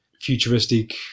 futuristic